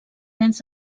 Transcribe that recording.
dents